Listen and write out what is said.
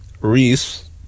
Reese